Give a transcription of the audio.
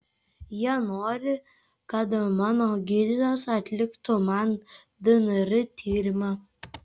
jie nori kad mano gydytojas atliktų man dnr tyrimą